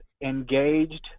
engaged